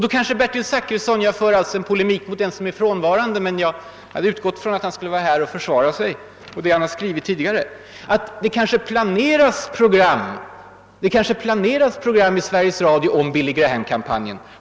Då kanske Bertil Zachrisson invänder — jag för alltså en polemik mot en som är frånvarande, men jag hade utgått från att han skulle vara här och försvara sig och vad han skrivit — att det kanske planeras program i Sveriges Radio om Billy Graham-kampanjen.